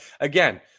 again